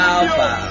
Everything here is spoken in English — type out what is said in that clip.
Alpha